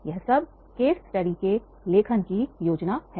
यह सब case study के लेखन योजना है